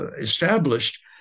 established